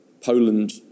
Poland